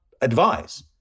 advise